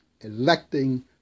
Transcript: electing